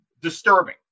disturbing